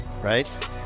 right